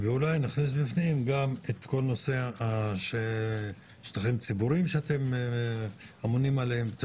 ואולי נכניס פנימה את הנושא של שטחים ציבוריים שאתם אמונים עליהם,